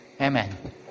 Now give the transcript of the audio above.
amen